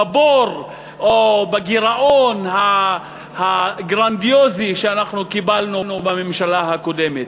בבור או בגירעון הגרנדיוזי שאנחנו קיבלנו בממשלה הקודמת.